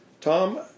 Tom